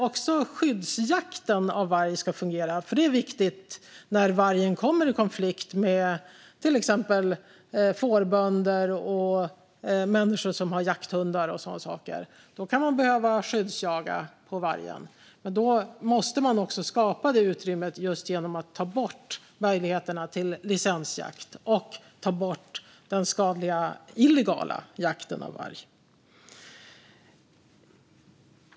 Också skyddsjakten på varg ska fungera, för den är viktig när vargen kommer i konflikt med till exempel fårbönder och människor som har jakthundar. Då kan man behöva skyddsjaga vargen. Men då måste man också skapa detta utrymme just genom att ta bort möjligheterna till licensjakt och ta bort den skadliga illegala jakten på varg.